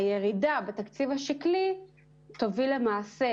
הירידה בתקציב השקלי תוביל למעשה